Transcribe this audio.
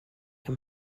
can